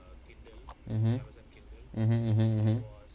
mmhmm mmhmm mmhmm mmhmm